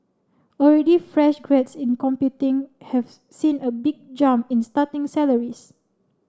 already fresh grads in computing have seen a big jump in starting salaries